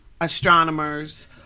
astronomers